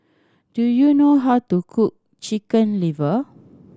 do you know how to cook Chicken Liver